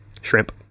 Shrimp